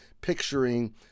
picturing